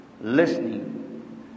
listening